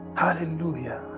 hallelujah